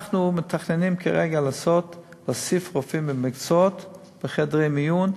אנחנו מתכננים כרגע להוסיף רופאים מקצועיים בחדרי מיון,